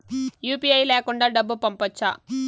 UPI లేకుండా డబ్బు పంపొచ్చా